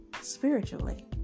Spiritually